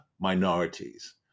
minorities